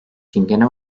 çingene